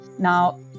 Now